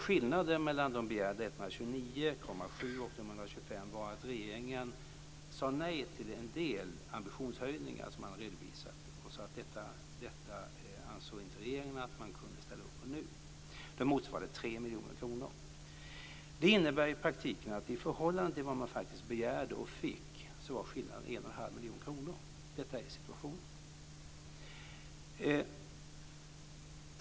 Skillnaden mellan de begärda 129,7 miljonerna och de 125 miljonerna var att regeringen sade nej till en del ambitionshöjningar som hade redovisats. Dessutom ansåg inte regeringen att man kunde ställa upp på detta nu. Det motsvarade 3 miljoner kronor. I praktiken innebär det att i förhållande till vad man faktiskt begärde, och fick, var skillnaden 1,5 miljoner kronor. Detta är situationen.